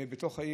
ובתוך העיר,